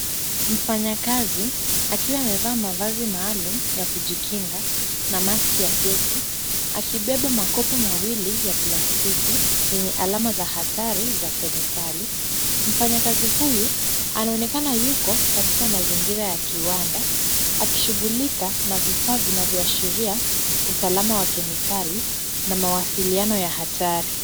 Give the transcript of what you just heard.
Mfanyakazi akiwa amevaa mavazi maalum ya kujikinga na maski ya gesi akibeba makopo mawili ya plastiki yenye alama za hatari za kemikali. Mfanyakazi huyu anaonekana yuko katika mazingira ya kiwanda, akishughulika na vifaa vinavyoashiria usalama wa kemikali na mawasiliano ya hatari.